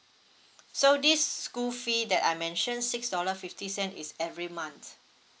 so this school fee that I mentioned six dollar fifty cent is every month